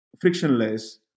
frictionless